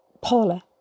Paula